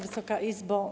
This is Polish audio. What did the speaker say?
Wysoka Izbo!